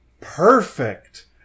perfect